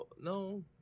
no